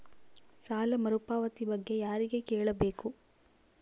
ಸಾಲ ಮರುಪಾವತಿ ಬಗ್ಗೆ ಯಾರಿಗೆ ಕೇಳಬೇಕು?